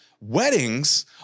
weddings